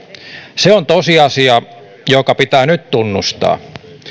se on tosiasia joka pitää nyt tunnustaa